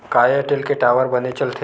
का एयरटेल के टावर बने चलथे?